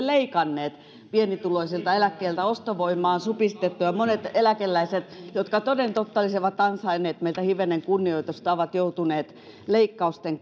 leikanneet pienituloisilta eläkkeitä ostovoimaa on supistettu ja monet eläkeläiset jotka toden totta olisivat ansainneet meiltä hivenen kunnioitusta ovat joutuneet leikkausten